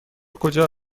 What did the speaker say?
کجا